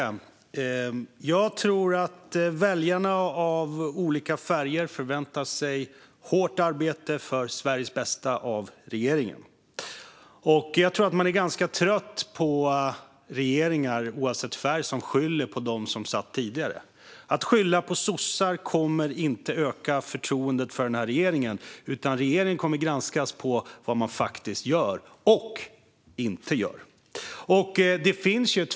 Herr talman! Jag tror att väljare av olika färg förväntar sig hårt arbete för Sveriges bästa av regeringen. Jag tror att man är ganska trött på att regeringar, oavsett färg, skyller på dem som satt i regering tidigare. Att skylla på sossar kommer inte att öka förtroendet för den här regeringen, utan regeringen kommer att granskas utifrån vad man faktiskt gör och inte gör.